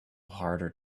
harder